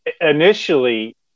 initially